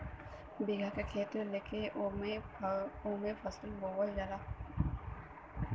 बीघा के खेत लेके ओमे फसल बोअल जात हौ